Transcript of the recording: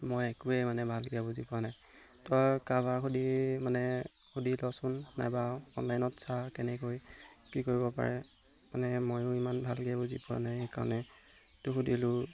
মই একোৱেই মানে ভালকৈ বুজি পোৱা নাই তই কাৰোবাক সুধি মানে সুধি ল'চোন নাইবা অনলাইনত চা কেনেকৈ কি কৰিব পাৰে মানে ময়ো ইমান ভালকৈ বুজি পোৱা নাই সেইকাৰণে তোক সুধিলোঁ